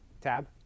tab